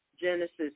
Genesis